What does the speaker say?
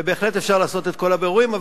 ובהחלט אפשר לעשות את כל הבירורים,